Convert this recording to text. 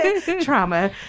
trauma